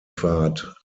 pfad